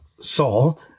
Saul